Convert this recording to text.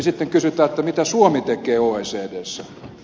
sitten kysytään mitä suomi tekee oecdssä